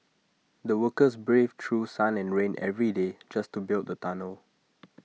the workers braved through sun and rain every day just to build the tunnel